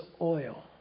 oil